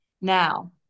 Now